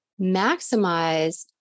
maximize